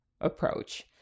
approach